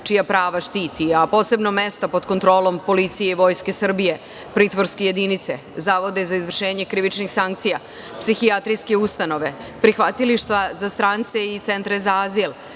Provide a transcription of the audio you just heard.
čija prava štiti, a posebno mesta pod kontrolom policije i vojske Srbije, pritvorske jedinice, zavode za izvršenje krivičnih sankcija, psihijatrijske ustanove, prihvatilišta za strance i centre za azil,